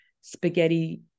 spaghetti